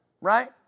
right